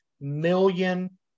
million